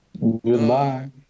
Goodbye